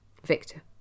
Victor